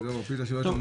נכון.